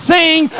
Sing